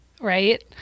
right